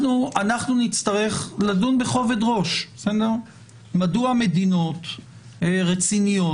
אנחנו נצטרך לדון בכובד ראש מדוע מדינות רציניות,